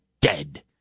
dead